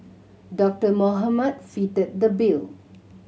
Doctor Mohamed fitted the bill